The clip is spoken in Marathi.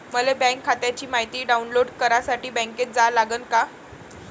मले बँक खात्याची मायती डाऊनलोड करासाठी बँकेत जा लागन का?